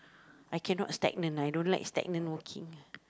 I cannot stagnant I don't like stagnant working